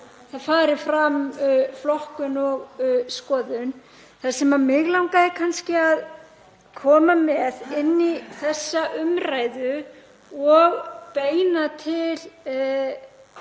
það fari fram flokkun og skoðun. Það sem mig langaði kannski að koma með inn í þessa umræðu og beina til hv.